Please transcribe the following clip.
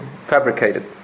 fabricated